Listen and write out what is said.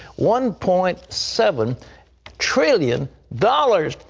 one point seven trillion dollars.